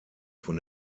von